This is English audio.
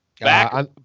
Back